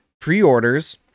pre-orders